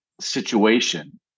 situation